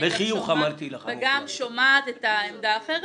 ואני מכילה וגם שומעת את העמדה האחרת,